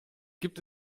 gibt